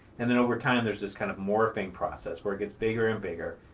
and then over time, there's this kind of morphing process, where it gets bigger and bigger.